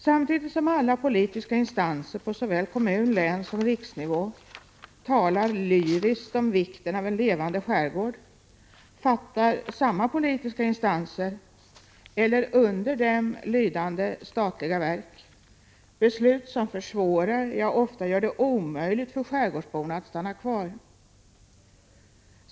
Samtidigt som alla politiska instanser på såväl kommun-, länssom riksnivå talar lyriskt om vikten av en levande skärgård fattar samma politiska instanser, eller under dem lydande statliga verk, beslut som försvårar, ja, 19 Prot. 1986/87:129 ofta gör det omöjligt för skärgårdsborna att stanna kvar.